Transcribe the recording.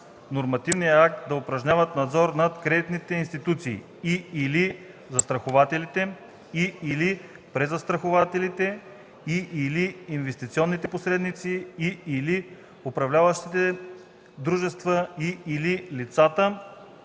нормативен акт да упражняват надзор над кредитните институции, и/или застрахователите, и/или презастрахователите, и/или инвестиционните посредници, и/или управляващите дружества, и/или лицата,